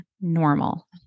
normal